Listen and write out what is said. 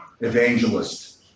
evangelist